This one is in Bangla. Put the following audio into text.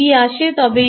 আসে তবে সেই V